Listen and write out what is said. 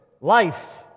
life